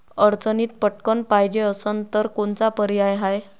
अडचणीत पटकण पायजे असन तर कोनचा पर्याय हाय?